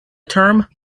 term